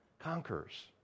conquers